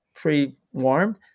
pre-warmed